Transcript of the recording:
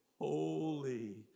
Holy